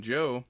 Joe